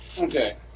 Okay